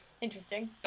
Interesting